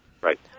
Right